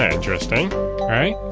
interesting right?